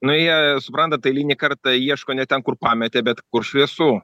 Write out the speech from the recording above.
nu jie suprantat eilinį kartą ieško ne ten kur pametė bet kur šviesu